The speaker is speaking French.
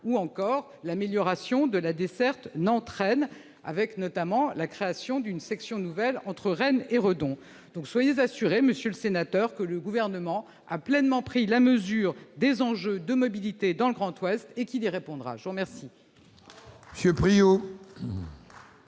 ou encore l'amélioration de la desserte Nantes-Rennes, grâce notamment à la création d'une section nouvelle entre Rennes et Redon. Soyez donc assuré, monsieur le sénateur, que le Gouvernement a pleinement pris la mesure des enjeux de mobilité dans le Grand Ouest et qu'il y répondra. La parole